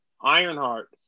Ironheart